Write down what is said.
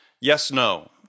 yes/no